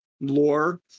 lore